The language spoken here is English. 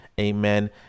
Amen